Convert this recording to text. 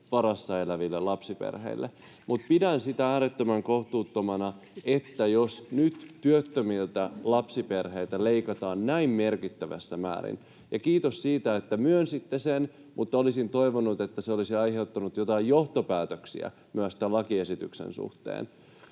varassa eläville lapsiperheille, ja pidän sitä äärettömän kohtuuttomana, jos nyt työttömiltä lapsiperheiltä leikataan näin merkittävässä määrin — ja kiitos siitä, että myönsitte sen, mutta olisin toivonut, että se olisi aiheuttanut joitain johtopäätöksiä myös tämän lakiesityksen suhteen.